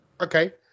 Okay